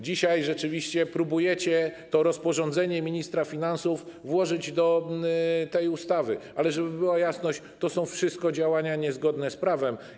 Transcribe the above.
Dzisiaj próbujecie to rozporządzenie ministra finansów włożyć do tej ustawy, ale żeby była jasność: to są wszystko działania niezgodne z prawem.